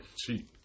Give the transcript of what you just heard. cheap